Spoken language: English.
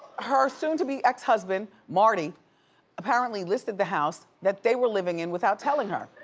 her soon-to-be-ex-husband marty apparently listed the house that they were living in without telling her.